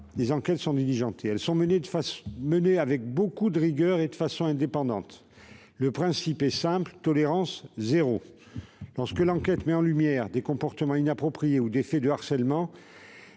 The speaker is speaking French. des enquêtes sont diligentées, qui sont menées avec beaucoup de rigueur et de façon indépendante. Le principe est simple : tolérance zéro. Lorsque l'enquête met en lumière des comportements inappropriés ou des faits de harcèlement,